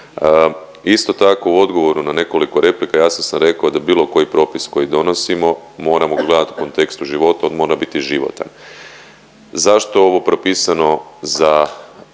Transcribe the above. Isto tako, u odgovoru na nekoliko replika, jasno sam rekao da bilo koji propis koji donosimo, moramo mu gledati u kontekstu života, on mora biti životan. Zašto ovo propisano za